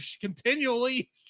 continually